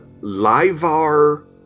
Livar